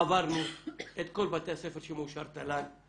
עברנו את כל בתי הספר שמאושר תל"ן,